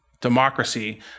democracy